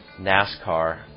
NASCAR